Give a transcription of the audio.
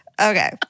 Okay